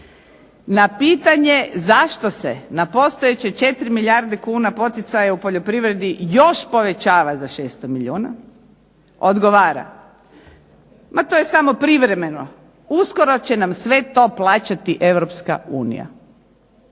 na pitanje, zašto se na postojeće 4 milijarde kuna poticaja u poljoprivredi još povećava za 600 milijuna, odgovara, ma to je samo privremeno, uskoro će nam to sve plaćati Europska unija.